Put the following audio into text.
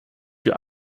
wir